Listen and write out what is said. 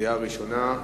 בקריאה ראשונה.